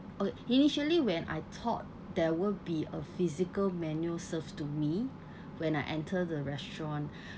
okay initially when I thought there would be a physical menu served to me when I enter the restaurant